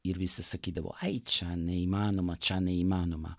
ir visi sakydavo ai čia neįmanoma čia neįmanoma